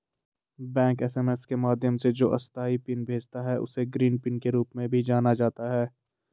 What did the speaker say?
bank SMS के माध्यम से जो अस्थायी पिन भेजता है, उसे ग्रीन पिन के रूप में भी जाना जाता है